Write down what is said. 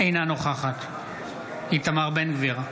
אינה נוכחת איתמר בן גביר,